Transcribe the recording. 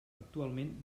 actualment